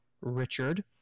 richard